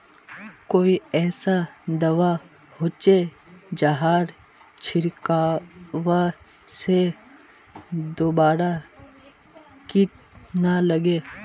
कोई ऐसा दवा होचे जहार छीरकाओ से दोबारा किट ना लगे?